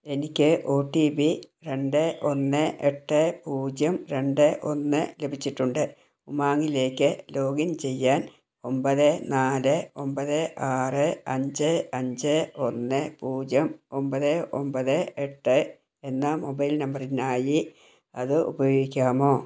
എനിക്ക് O T P രണ്ട് ഒന്ന് എട്ട് പൂജ്യം രണ്ട് ഒന്ന് ലഭിച്ചിട്ടുണ്ട് ബാങ്കിലേക്ക് ലോഗിൻ ചെയ്യാൻ ഒൻപത് നാല് ഒൻപത് ആറ് അഞ്ച് അഞ്ച് ഒന്ന് പൂജ്യം ഒൻപത് ഒൻപത് എട്ട് എന്ന മൊബൈൽ നമ്പറിനായി അത് ഉപയോഗിക്കാമോ